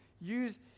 use